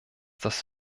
das